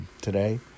today